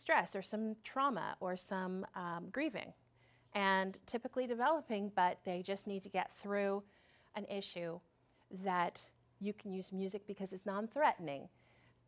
stress or some trauma or some grieving and typically developing but they just need to get through an issue that you can use music because it's non threatening